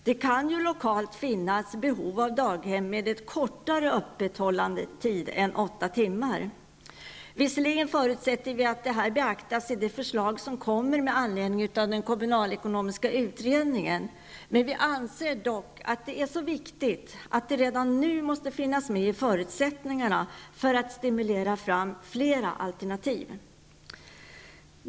Det kan ju lokalt finnas behov av daghem med kortare öppethållandetid än åtta timmar. Visserligen förutsätter vi att det här beaktas i det förslag som kommer med anledning av den kommunalekonomiska utredningen. Vi anser dock att det är så viktigt att det redan nu måste finnas med i förutsättningarna för att stimulera fram flera alternativ.